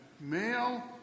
male